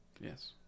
Yes